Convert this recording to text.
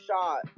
shot